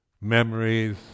memories